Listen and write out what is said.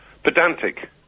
Pedantic